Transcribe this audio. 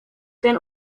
ten